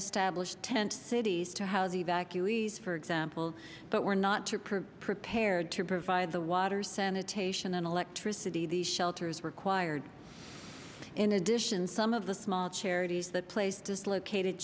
establish tent cities to how the evacuees for example but were not to prove prepared to provide the water sanitation and electricity these shelters required in addition some of the small charities that placed dislocated